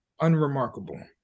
Unremarkable